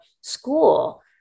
school